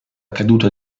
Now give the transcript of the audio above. caduta